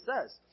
says